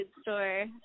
store